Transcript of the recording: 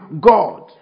God